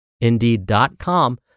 indeed.com